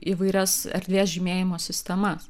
įvairias erdvės žymėjimo sistemas